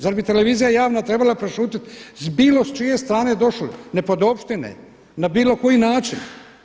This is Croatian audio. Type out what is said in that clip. Za bi televizija javna trebala prešutjeti s bilo čije strane došlo nepodopštine, na bilo koji način?